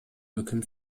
өкүм